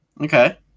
Okay